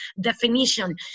definition